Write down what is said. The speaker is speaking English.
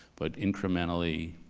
but incrementally.